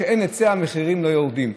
וכשאין היצע המחירים לא יורדים.